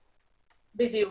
בדיוק.